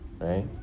right